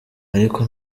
ariko